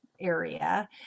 area